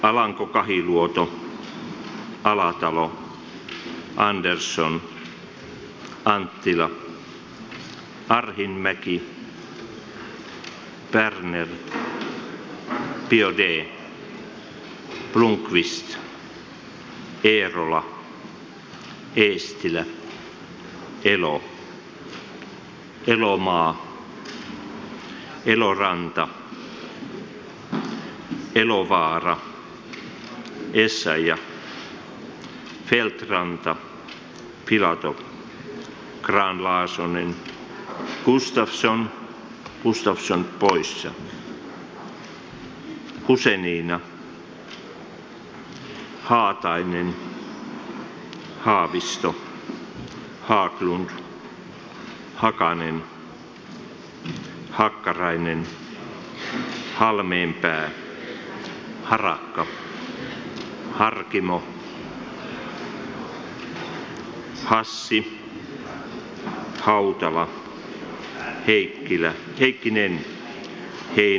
nu följer val av förste vice talman